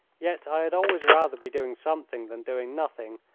yet i had always rather be doing something than doing nothing,